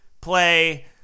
play